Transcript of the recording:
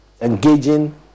engaging